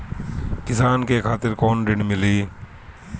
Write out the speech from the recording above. किसान के खातिर कौन ऋण मिली?